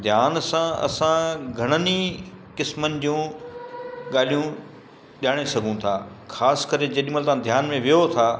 ध्यान सां असां घणनि ई क़िस्मनि जूं ॻाल्हियूं ॼाणे सघूं था ख़ासि करे जेॾी महिल तव्हां ध्यान में वियो था